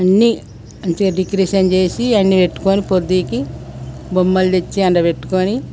అన్ని మంచిగా డెకరేషన్ చేసి అన్ని పెట్టుకొని పొద్దెక్కి బొమ్మలు తెచ్చి అందులో పెట్టుకోని